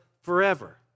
forever